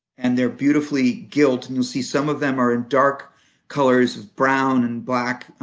and they're beautifully gilt. and you'll see some of them are in dark colors of brown and black,